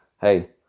hey